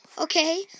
Okay